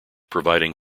providing